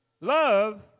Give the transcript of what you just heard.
love